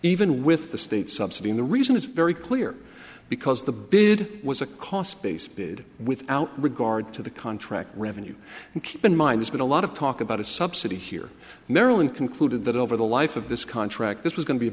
even with the state subsidy in the reason it's very clear because the bid was a cost base bid without regard to the contract revenue and keep in mind it's been a lot of talk about a subsidy here maryland concluded that over the life of this contract this was going to be a